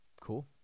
Cool